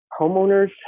homeowners